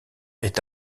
est